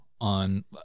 on